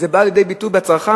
זה בא לידי ביטוי אצל הצרכן,